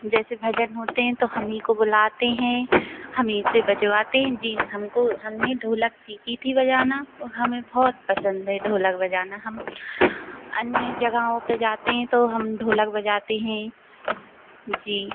जैसे भजन होते हैं तो हमहीं को बुलाते हैं हमीं से बजवाते हैं जी हमको हमने ढोलक सीखी थी बजाना ओर हमें बहुत पसंद है ढोलक बजाना हम अन्य जगहों पे जाते हैं तो हम ढोलक बजाते हैं जी